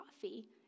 coffee